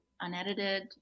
unedited